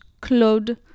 Claude